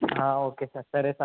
ఆ okay sir సరే sir